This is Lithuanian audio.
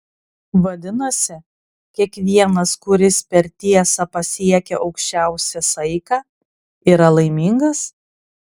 vadinasi kiekvienas kuris per tiesą pasiekia aukščiausią saiką yra laimingas